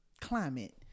climate